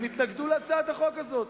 התנגדו להצעת החוק הזאת.